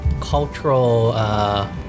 cultural